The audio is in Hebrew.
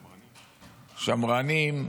שמרנים.